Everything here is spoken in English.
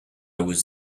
was